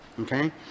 Okay